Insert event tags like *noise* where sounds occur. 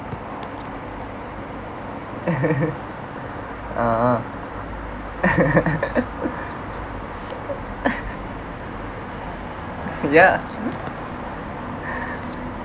*laughs* ah *laughs* yeah *breath*